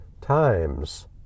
times